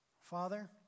Father